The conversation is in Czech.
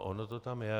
Ono to tam je.